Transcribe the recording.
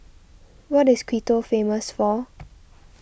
what is Quito famous for